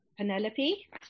Penelope